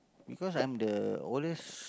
because I'm the oldest